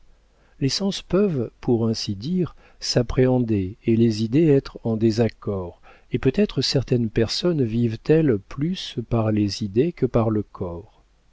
sens peuvent pour ainsi dire s'appréhender et les idées être en désaccord et peut-être certaines personnes vivent elles plus par les idées que par le corps